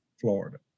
Florida